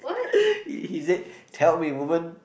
he he say tell me woman